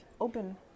open